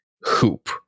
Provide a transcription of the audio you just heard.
hoop